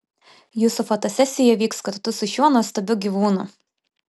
jūsų fotosesija vyks kartu su šiuo nuostabiu gyvūnu